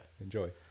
Enjoy